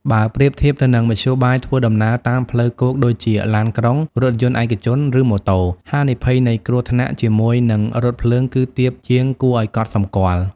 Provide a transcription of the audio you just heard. បើប្រៀបធៀបទៅនឹងមធ្យោបាយធ្វើដំណើរតាមផ្លូវគោកដូចជាឡានក្រុង រថយន្តឯកជន ឬម៉ូតូ ហានិភ័យនៃគ្រោះថ្នាក់ជាមួយនឹងរថភ្លើងគឺ ទាបជាងគួរឱ្យកត់សម្គាល់។